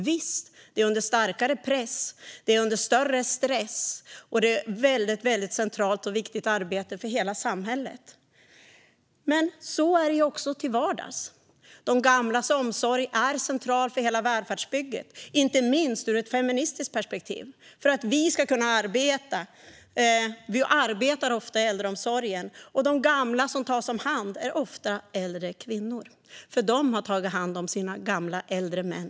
Visst är det nu under starkare press och större stress, och det är ett väldigt viktigt och centralt arbete för hela samhället. Men det är det också till vardags. De gamlas omsorg är central för hela välfärdsbygget, inte minst ur ett feministiskt perspektiv. Vi kvinnor arbetar ofta inom äldreomsorgen. De gamla som tas om hand är också ofta äldre kvinnor. De har nämligen tidigare tagit hand om sina äldre män.